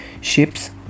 ships